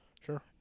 Sure